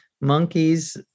monkeys